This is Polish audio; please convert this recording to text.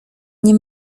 nie